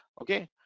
okay